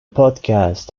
podcast